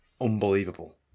unbelievable